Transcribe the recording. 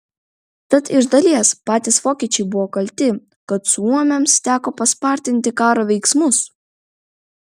tad iš dalies patys vokiečiai buvo kalti kad suomiams teko paspartinti karo veiksmus